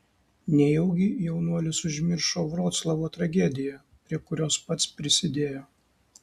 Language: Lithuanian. nejaugi jaunuolis užmiršo vroclavo tragediją prie kurios pats prisidėjo